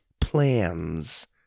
plans